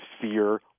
fear